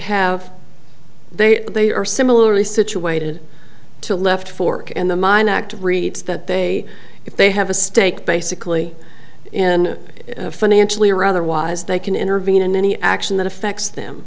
have they they are similarly situated to left for work and the mine act reads that they if they have a stake basically in financially or otherwise they can intervene in any action that affects them